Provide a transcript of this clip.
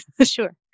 sure